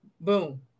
Boom